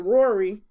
Rory